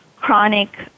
chronic